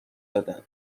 دادن